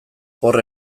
hor